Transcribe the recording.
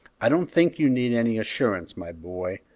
i don't think you need any assurance, my boy,